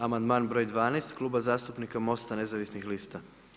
Amandman broj 12 Kluba zastupnika Mosta nezavisnih lista.